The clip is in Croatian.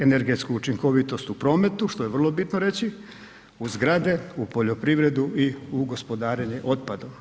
Energetsku učinkovitost u prometu, što je vrlo bitno reći, u zgrade, u poljoprivredu i u gospodarenje otpadom.